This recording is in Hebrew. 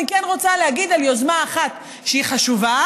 אני כן רוצה להגיד על יוזמה אחת שהיא חשובה,